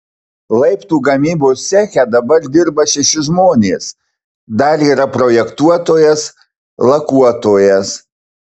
laiptų gamybos ceche dabar dirba šeši žmonės dar yra projektuotojas lakuotojas